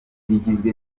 rigizwe